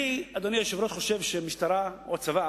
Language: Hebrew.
אני, אדוני היושב-ראש, חושב שהמשטרה והצבא